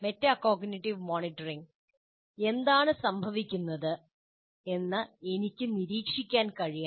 metacognitive monitoring എന്താണ് സംഭവിക്കുന്നതെന്ന് എനിക്ക് നിരീക്ഷിക്കാൻ കഴിയണം